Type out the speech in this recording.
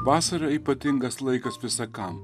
vasara ypatingas laikas visa kam